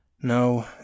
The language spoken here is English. No